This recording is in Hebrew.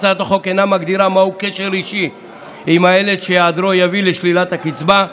הצעת החוק אינה מגדירה מהו קשר אישי עם הילד שהיעדרו יביא לשלילת הקצבה.